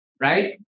right